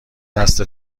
دست